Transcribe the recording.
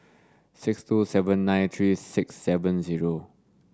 six two seven nine three six seven zero